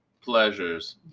Pleasures